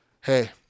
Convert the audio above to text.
Hey